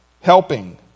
helping